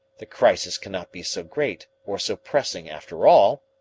the crisis cannot be so great or so pressing after all.